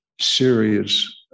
serious